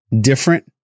different